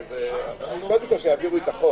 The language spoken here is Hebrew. הסתייגות ראשונה סעיף 12א(א)(1)